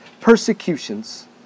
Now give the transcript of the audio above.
persecutions